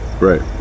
right